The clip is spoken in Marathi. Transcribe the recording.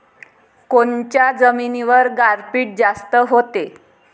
कोनच्या जमिनीवर गारपीट जास्त व्हते?